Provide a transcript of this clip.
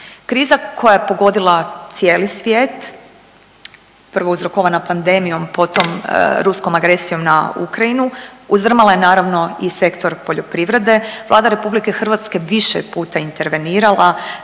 Kriza koja je pogodila cijeli svijet, prvo uzrokovana pandemijom potom ruskom agresijom na Ukrajinu uzdrmala je naravno i sektor poljoprivrede, Vlada RH više puta je intervenirala